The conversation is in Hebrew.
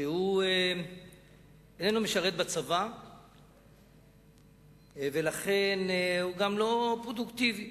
שהוא איננו משרת בצבא ולכן הוא גם לא פרודוקטיבי,